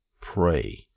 Pray